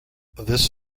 this